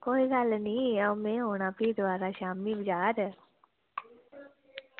कोई गल्ल निं ते में औना भी शामीं बजार